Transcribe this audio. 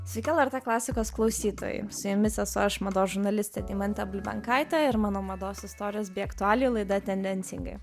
sveiki lrt klasikos klausytojai su jumis esu aš mados žurnalistė deimantė bulbenkaitė ir mano mados istorijos bei aktualijų laida tendencingai